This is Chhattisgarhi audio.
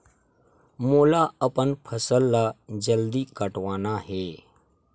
मोला अपन फसल ला जल्दी कटवाना हे?